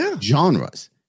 genres